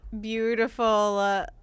beautiful